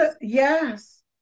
Yes